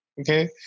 Okay